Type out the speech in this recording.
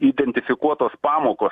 identifikuotos pamokos